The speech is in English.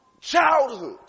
childhood